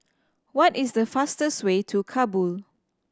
what is the fastest way to Kabul